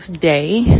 day